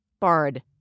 Bard